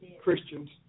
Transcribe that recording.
Christians